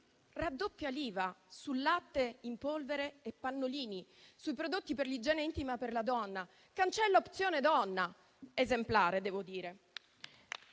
raddoppia l'IVA sul latte in polvere, sui pannolini, sui prodotti per l'igiene intima della donna. Cancella Opzione donna: esemplare, devo